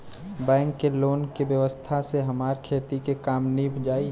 bank के loan के व्यवस्था से हमार खेती के काम नीभ जाई